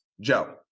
Joe